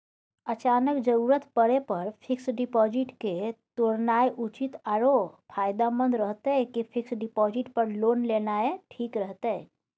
अचानक जरूरत परै पर फीक्स डिपॉजिट के तोरनाय उचित आरो फायदामंद रहतै कि फिक्स डिपॉजिट पर लोन लेनाय ठीक रहतै?